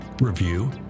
review